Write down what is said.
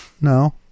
No